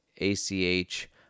ACH